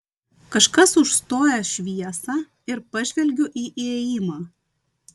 kažkas užstoja šviesą ir pažvelgiu į įėjimą